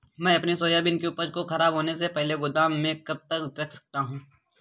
मैं अपनी सोयाबीन की उपज को ख़राब होने से पहले गोदाम में कब तक रख सकता हूँ?